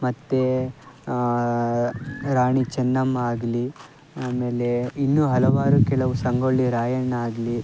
ಮತ್ತು ರಾಣಿ ಚೆನ್ನಮ್ಮ ಆಗಲಿ ಆಮೇಲೆ ಇನ್ನೂ ಹಲವಾರು ಕೆಲವು ಸಂಗೊಳ್ಳಿ ರಾಯಣ್ಣ ಆಗಲಿ